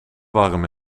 warm